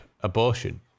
abortion